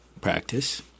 practice